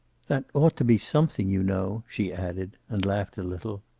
that ought to be something, you know, she added. and laughed a little.